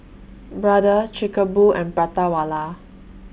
Brother Chic A Boo and Prata Wala